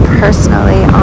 personally